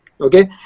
okay